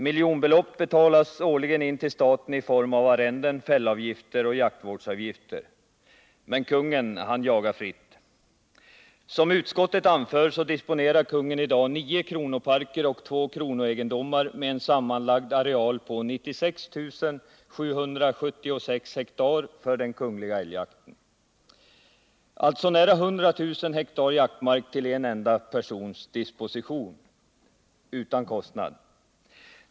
Miljonbelopp betalas årligen in till staten i form av arrenden, fällavgifter och jaktvårdsavgifter. Men kungen jagar fritt. Som utskottet anför disponerar kungen i dag nio kronoparker och två kronoegendomar med en sammanlagd areal på 96 776 ha för den kungliga älgjakten. Det är alltså nära 100 000 ha jaktmark till en enda persons disposition — utan kostnad.